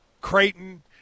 Creighton